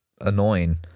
annoying